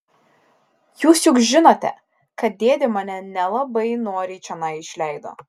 jūs juk žinote kad dėdė mane nelabai noriai čionai išleido